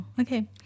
Okay